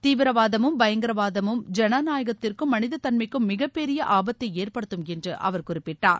தீவிரவாதமும் பயங்கரவாதமும் ஜனநாயகத்திற்கும் மனித தன்மைக்கும் மிகப்பெரிய ஆபத்தை எற்படுத்தும் என்று அவர் குறிப்பிட்டார்